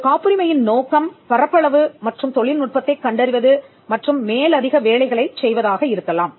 ஒரு காப்புரிமையின் நோக்கம்பரப்பளவு மற்றும் தொழில்நுட்பத்தைக் கண்டறிவது மற்றும் மேலதிக வேலைகளைச் செய்வதாக இருக்கலாம்